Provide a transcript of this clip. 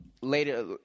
later